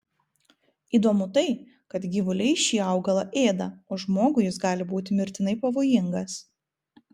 įdomu tai kad gyvuliai šį augalą ėda o žmogui jis gali būti mirtinai pavojingas